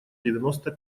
девяносто